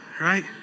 Right